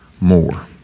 more